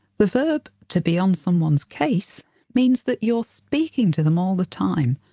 the verb to be on someone's case means that you're speaking to them all the time,